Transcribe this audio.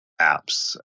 apps